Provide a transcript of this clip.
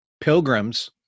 pilgrims